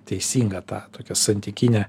teisingą tą tokią santykinę